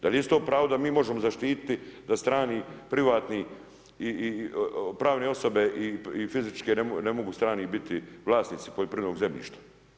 Da li je isto pravo da mi možemo zaštiti da strani, privatne i pravne osobe i fizičke osobe ne mogu strani biti vlasnici poljoprivrednog zemljišta.